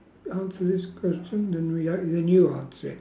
answer this question then we a~ then you answer it